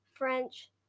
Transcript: French